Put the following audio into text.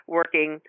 working